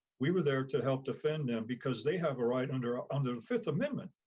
we were there to help defend them because they have a right under ah under the fifth amendment.